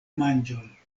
manĝon